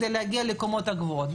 כדי להגיע לקומות הגבוהות.